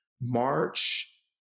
March